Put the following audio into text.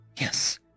yes